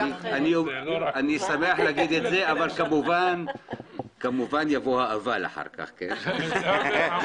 אני שמח לומר את זה אבל כמובן אחר כך יבוא אבל.